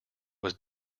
was